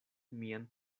mian